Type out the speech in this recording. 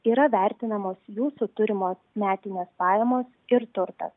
yra vertinamos jūsų turimos metinės pajamos ir turtas